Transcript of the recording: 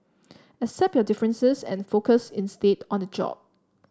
accept your differences and focus instead on the job